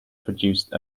produced